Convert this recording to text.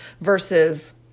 versus